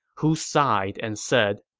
who sighed and said,